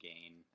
gain